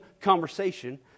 conversation